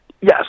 yes